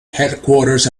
headquarters